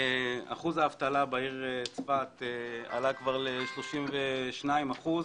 אחוז האבטלה בעיר צפת עלה כבר ל-32 אחוזים,